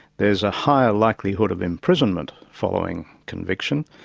there's a higher likelihood of imprisonment following conviction.